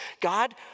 God